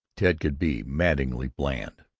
ted could be maddeningly bland.